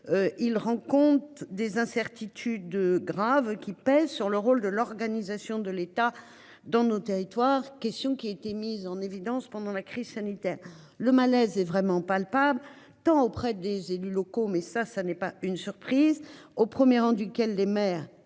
Il rend compte des incertitudes de graves qui pèsent sur le rôle de l'organisation de l'État dans nos territoires, question qui a été mise en évidence pendant la crise sanitaire, le malaise est vraiment palpable tant auprès des élus locaux mais ça ça n'est pas une surprise au 1er rang duquel des mères